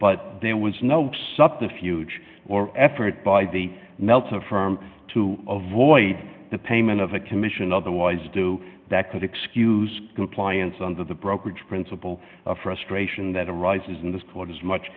but there was no subterfuge or effort by the meltzer firm to avoid the payment of a commission otherwise do that could excuse compliance under the brokerage principle frustration that arises in this court as much